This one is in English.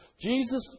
Jesus